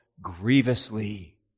grievously